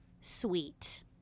sweet